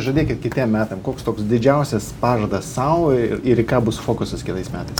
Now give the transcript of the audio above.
žadėkit kitiem metam koks toks didžiausias pažadas sau ir į ką bus fokusus kitais metais